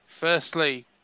Firstly